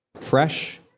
fresh